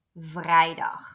vrijdag